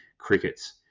Crickets